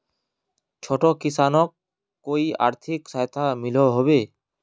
छोटो किसानोक कोई आर्थिक सहायता मिलोहो होबे?